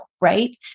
right